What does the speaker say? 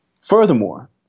Furthermore